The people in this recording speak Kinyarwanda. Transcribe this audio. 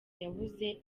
yabuze